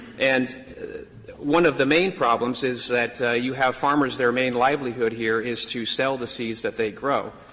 and one of the main problems is that you have farmers, their main livelihood here is to sell the seeds that they grow.